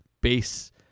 base